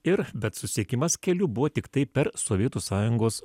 ir bet susisiekimas keliu buvo tiktai per sovietų sąjungos